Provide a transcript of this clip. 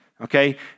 Okay